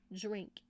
drink